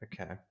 Okay